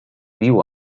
viu